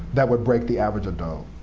that would break the average adult.